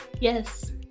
Yes